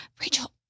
rachel